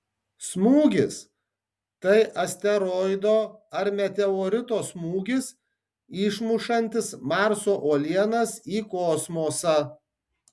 smūgis tai asteroido ar meteorito smūgis išmušantis marso uolienas į kosmosą